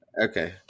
Okay